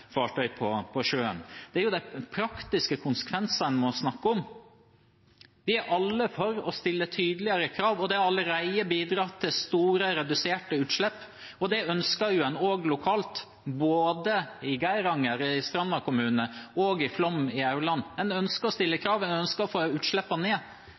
fartøy på sjøen. Det er de praktiske konsekvensene en må snakke om. Vi er alle for å stille tydeligere krav, og det har allerede bidratt til store utslippsreduksjoner. Det ønsker en også lokalt, både i Geiranger i Stranda kommune og i Flåm i Aurland. En ønsker å stille krav. En ønsker å få utslippene ned,